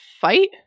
fight